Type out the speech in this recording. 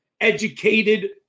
educated